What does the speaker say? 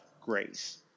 grace